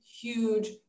huge